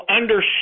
understand